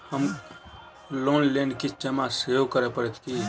Loan लेल किछ जमा सेहो करै पड़त की?